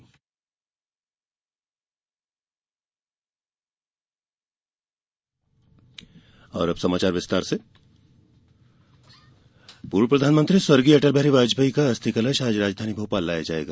श्रद्वांजलि सभा पूर्व प्रधानमंत्री स्वर्गीय अटल बिहारी वाजपेयी का अस्थिकलश आज राजधानी भोपाल लाया जाएगा